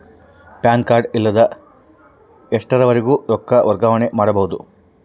PAN card ಇಲ್ಲದ ಎಷ್ಟರವರೆಗೂ ರೊಕ್ಕ ವರ್ಗಾವಣೆ ಮಾಡಬಹುದು?